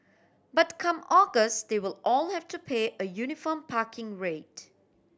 but come August they will all have to pay a uniform parking rate